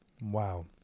Wow